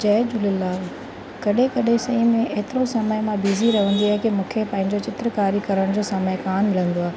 जय झूलेलाल कॾहिं कॾहिं सही में एतिरो समय मां बिज़ी रहंदी आहियां कि मूंखे पंहिंजो चित्रकारी करण जो समय कान मिलंदो आहे